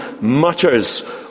mutters